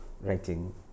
writing